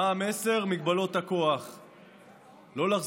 מה המסר?